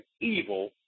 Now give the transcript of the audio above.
evil